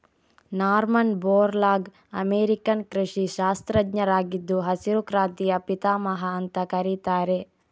Norman Borlaug American ಕೃಷಿ ಶಾಸ್ತ್ರಜ್ಞರಾಗಿದ್ದು ಹಸಿರು ಕ್ರಾಂತಿಯ ಪಿತಾಮಹ ಅಂತ ಕರೀತಾರೆ